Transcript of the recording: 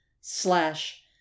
slash